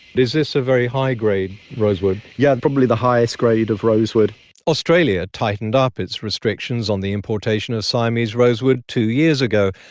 is this a very high grade rosewood? yes, yeah probably the highest grade of rosewood australia tightened up its restrictions on the importation of siamese rosewood two years ago,